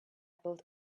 built